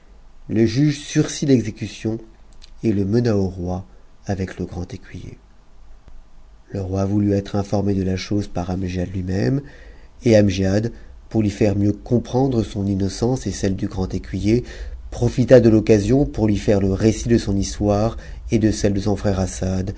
le juge sursit l'exécution et le mena au roi avec le grand écuyer le roi voulut être informé de la chose par amgiad lui-même et amgiad pour lui faire mieux comprendre son innocence et celle du grand écuyer profita de l'occasion pour lui faire le récit de son histoire et de e de son frère